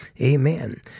Amen